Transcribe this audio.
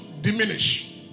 diminish